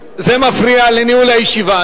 זה מפריע לניהול הישיבה.